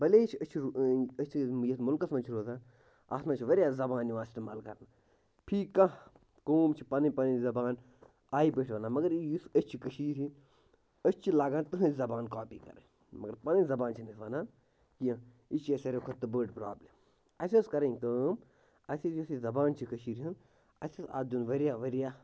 بَلے چھِ أسۍ چھِ أسۍ چھِ یَتھ مُلکَس منٛز چھِ روزان اَتھ منٛز چھِ واریاہ زبان یِوان اِستعمال کَرنہٕ فی کانٛہہ قوم چھِ پَنٕنۍ پَنٕنۍ زبان آیہِ پٲٹھۍ وَنان مگر یُس أسۍ چھِ کٔشیٖرِ ہٕنٛدۍ أسۍ چھِ لاگان تِہٕنٛز زبان کاپی کَرٕنۍ مگر پَنٕنۍ زبان چھِنہٕ أسۍ وَنان کیٚنٛہہ یہِ چھِ اَسہِ سارِوٕے کھۄتہٕ تہٕ بٔڈ پرٛابلِم اَسہِ ٲس کَرٕنۍ کٲم اَسہِ ٲس یۄس یہِ زبان چھِ کٔشیٖرِ ہٕنٛز اَسہِ اوس اَتھ دیُن واریاہ واریاہ